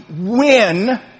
win